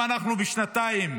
אם בשנתיים